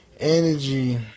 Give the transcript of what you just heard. Energy